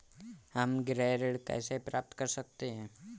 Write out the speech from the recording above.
हम गृह ऋण कैसे प्राप्त कर सकते हैं?